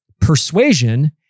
persuasion